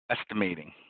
estimating